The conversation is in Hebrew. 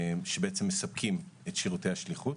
שמספקות את שירותי השליחות.